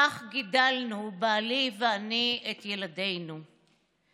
כך גידלנו, בעלי ואני, את ילדינו.